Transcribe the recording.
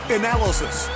analysis